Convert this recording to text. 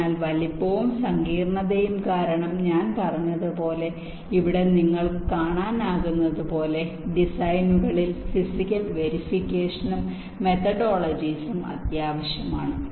അതിനാൽ വലുപ്പവും സങ്കീർണ്ണതയും കാരണം ഞാൻ പറഞ്ഞതുപോലെ ഇവിടെ നിങ്ങൾക്ക് കാണാനാകുന്നതുപോലെ ഡിസൈനുകളിൽ ഫിസിക്കൽ വെരിഫിക്കേഷനും മെത്തഡോളജീസും അത്യാവശ്യമാണ്